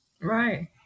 Right